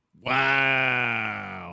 Wow